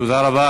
תודה רבה.